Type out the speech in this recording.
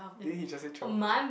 didn't he just say twelve